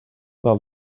del